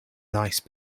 nice